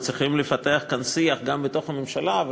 צריכים לפתח כאן שיח בתוך הממשלה,